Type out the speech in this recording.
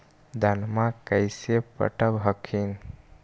धन्मा कैसे पटब हखिन?